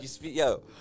yo